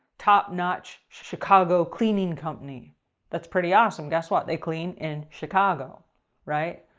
top notch chicago cleaning company that's pretty awesome. guess what? they clean in chicago right?